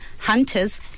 hunters